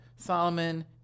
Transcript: Solomon